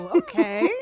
okay